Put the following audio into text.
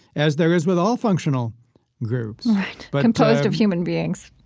as there is with all functional groups but composed of human beings,